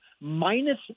minus